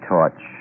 Torch